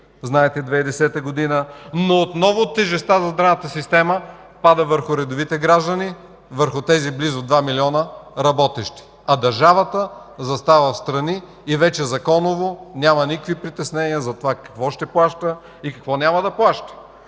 знаете, през 2010 г. Отново тежестта за здравната система пада върху редовите граждани, върху тези близо 2 милиона работещи граждани, а държавата застава отстрани и вече законово няма никакви притеснения какво ще плаща и какво няма да плаща.